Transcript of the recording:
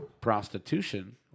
prostitution